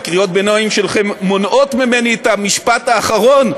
אבל קריאות הביניים שלכם מונעות ממני את המשפט האחרון,